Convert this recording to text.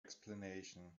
explanation